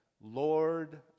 Lord